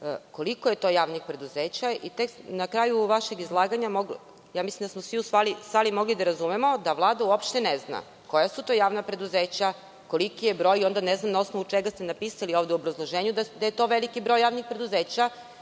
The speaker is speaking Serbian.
koliko je to javnih preduzeća. Tek na kraju vašeg izlaganja mislim da smo svi u sali mogli da razumemo da Vlada uopšte ne zna koja su to javna preduzeća, koliko je broj i onda ne znam na osnovu čega ste napisali ovde u obrazloženju da je to veliki broj javnih preduzeća